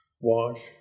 wash